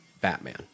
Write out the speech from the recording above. batman